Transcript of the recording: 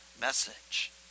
message